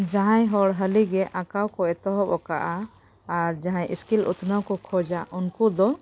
ᱡᱟᱦᱟᱸᱭ ᱦᱚᱲ ᱦᱟᱹᱞᱤᱜᱮ ᱟᱸᱠᱟᱣ ᱠᱚ ᱮᱛᱚᱦᱚᱵ ᱠᱟᱜᱼᱟ ᱟᱨ ᱡᱟᱦᱟᱸᱭ ᱥᱠᱤᱞ ᱩᱛᱱᱟᱹᱣ ᱠᱚ ᱠᱷᱚᱡᱟ ᱩᱱᱠᱩ ᱫᱚ